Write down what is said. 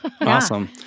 Awesome